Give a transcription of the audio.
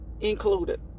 included